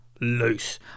loose